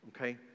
okay